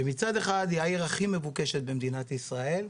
שמצד אחד היא העיר הכי מבוקשת במדינת ישראל,